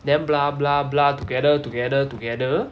then blah blah blah together together together